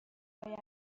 باید